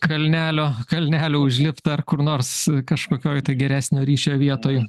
kalnelio kalnelio užlipt ar kur nors kažkokioj tai geresnio ryšio vietoj